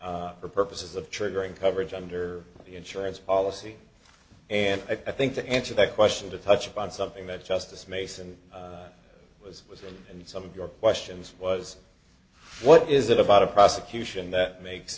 place for purposes of triggering coverage under the insurance policy and i think the answer that question to touch upon something that justice mason was was and some of your questions was what is it about a prosecution that makes